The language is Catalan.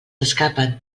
escapen